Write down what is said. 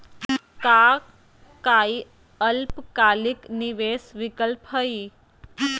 का काई अल्पकालिक निवेस विकल्प हई?